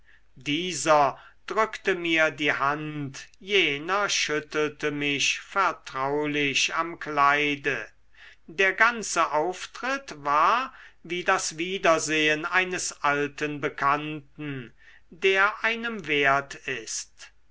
dieser drückte mir die hand jener schüttelte mich vertraulich am kleide der ganze auftritt war wie das wiedersehen eines alten bekannten der einem wert ist